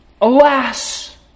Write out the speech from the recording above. Alas